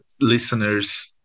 listeners